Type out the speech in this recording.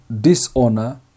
dishonor